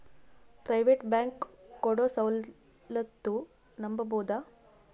Private bank ಕೊಡೊ ಸೌಲತ್ತು ನಂಬಬೋದ?